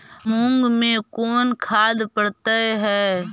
मुंग मे कोन खाद पड़तै है?